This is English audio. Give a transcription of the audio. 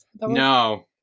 No